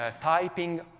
typing